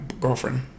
girlfriend